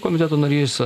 komiteto narys